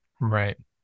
Right